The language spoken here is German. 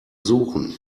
suchen